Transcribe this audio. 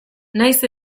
nahiz